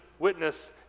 Witness